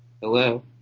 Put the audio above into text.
Hello